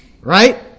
Right